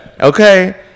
Okay